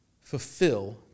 fulfill